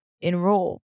enroll